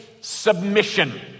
submission